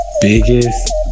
biggest